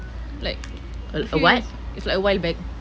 like few years it's like a while back